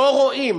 לא רואים.